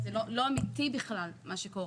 אומרת שזה לא אמיתי, מה שקורה.